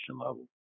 level